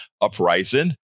uprising